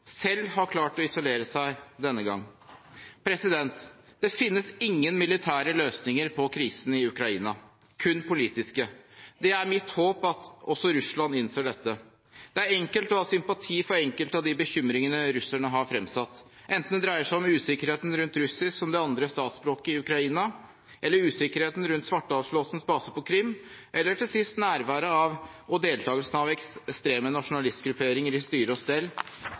selv har klart å isolere seg denne gang. Det finnes ingen militære løsninger på krisen i Ukraina, kun politiske. Det er mitt håp at også Russland innser dette. Det er enkelt å ha sympati for enkelte av de bekymringene russerne har fremsatt – enten det dreier seg om usikkerheten rundt russisk som det andre statsspråket i Ukraina, om usikkerheten rundt Svartehavsflåtens baser på Krim, eller til sist nærværet av og deltakelsen av ekstreme nasjonalistgrupperinger i styre